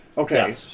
Okay